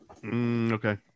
Okay